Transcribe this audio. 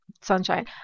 sunshine